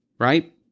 right